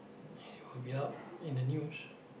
and it will out in the news